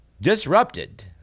disrupted